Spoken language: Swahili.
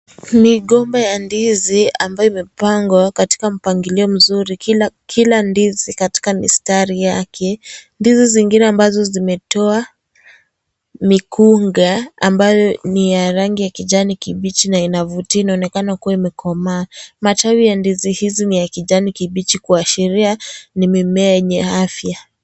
Migomba ya ndizi ambayo imepangwa katika mpangilio mzuri kila ndizi katika mistari yake ndizi zingine ambazo zimetoa, mikunga ambayo ni ya rangi ya kijani kibichi na inavutia inaonekana kuwa imekomaa, matawi ya ndizi hizi ni ya kijani kibichi kuashiria ni mimea yenye afya.